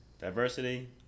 Diversity